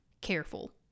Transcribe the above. Careful